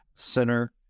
center